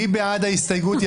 מי בעד ההסתייגות?